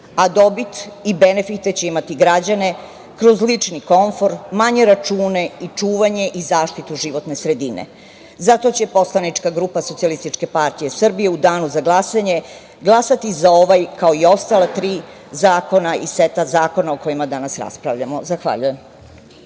Dobit i benefite će imati građani kroz lični konfor, manje račune i čuvanje i zaštitu životne sredine. Zato će poslanička grupa Socijalističke partije Srbije u danu za glasanje glasati za ovaj, kao i ostala tri zakona iz seta zakona o kojima danas raspravljamo. Zahvaljujem.